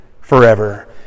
forever